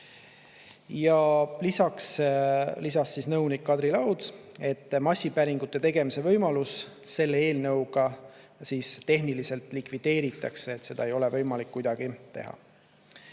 ei ole. Ja nõunik Kadri Laud lisas, et massipäringute tegemise võimalus selle eelnõuga tehniliselt likvideeritakse, seda ei ole võimalik kuidagi teha.